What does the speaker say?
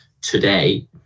today